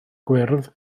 gwyrdd